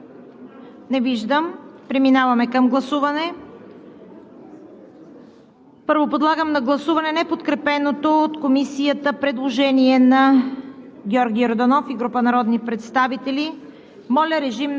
Не виждам реплики. Други изказвания? Не виждам. Преминаваме към гласуване. Първо подлагам на гласуване неподкрепеното от Комисията предложение на